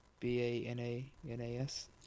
B-A-N-A-N-A-S